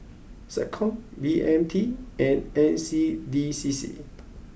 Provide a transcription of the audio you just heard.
SecCom B M T and N C D C C